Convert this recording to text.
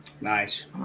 Nice